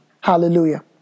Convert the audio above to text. Hallelujah